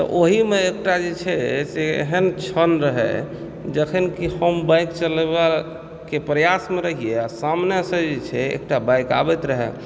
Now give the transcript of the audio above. तऽ ओहिमे एकटा जे छै से एहन क्षण रहय जखन कि हम बाइक चलेबाके प्रयासमे रहिए आ सामनेसँ जे छै एकटा बाइक आबैत रहय